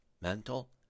mental